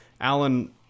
Alan